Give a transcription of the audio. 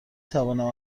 توانم